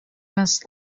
must